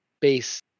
base